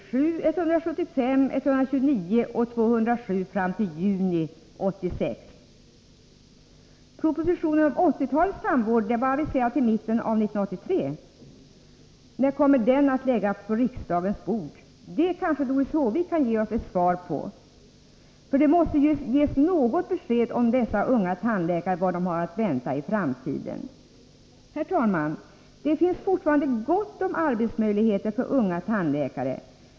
Motsvarande siffror för 1985 blir 175 resp. 129, och i juni 1986 blir det 207. Propositionen om 1980-talets tandvård var aviserad till mitten av 1983. När kommer den att läggas på riksdagens bord? Det kanske Doris Håvik kan ge oss ett svar på. Det måste ges något besked om vad de unga tandläkarna har att vänta i framtiden. Herr talman! Det finns fortfarande gott om arbetsmöjligheter för unga tandläkare.